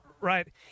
right